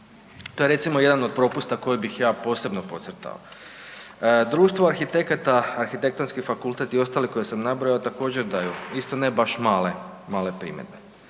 To je recimo jedan od propusta koji bih ja posebno podcrtao. Društvo arhitekata, Arhitektonski fakultet i ostali koje sam nabrojao također daju, isto ne baš male, male primjedbe.